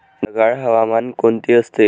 ढगाळ हवामान कोणते असते?